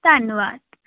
ਧੰਨਵਾਦ